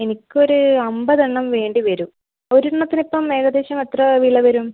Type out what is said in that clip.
എനിക്കൊര് അമ്പതെണ്ണം വേണ്ടി വരും ഒരണത്തിനിപ്പം ഏകദേശം എത്ര വില വരും